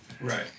right